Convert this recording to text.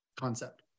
concept